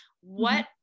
What-